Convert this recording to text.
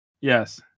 Yes